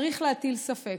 צריך להטיל ספק,